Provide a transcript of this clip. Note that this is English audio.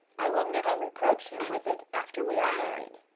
i will never reproach him with it after we are married.